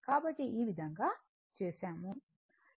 కాబట్టి ఈ విధంగా చేసాము